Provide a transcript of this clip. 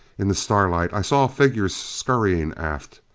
in the starlight i saw figures scurrying aft,